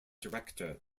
director